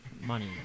money